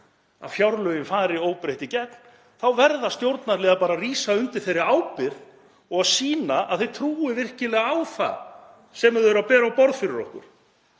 að fjárlögin fari óbreytt í gegn og þá verða stjórnarliðar að rísa undir þeirri ábyrgð og sýna að þeir trúi virkilega á það sem þeir bera á borð fyrir okkur